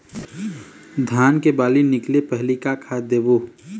धान के बाली निकले पहली का खाद देबो?